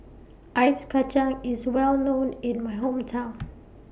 Ice Kacang IS Well known in My Hometown